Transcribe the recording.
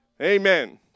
Amen